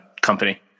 company